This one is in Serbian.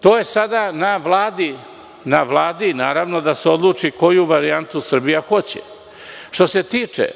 To je sada na Vladi, naravno, da se odluči koju varijantu Srbija hoće. Što se tiče